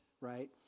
right